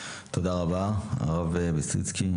תודה רבה הרב ביסטריצקי.